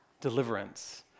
Deliverance